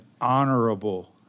honorable